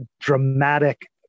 dramatic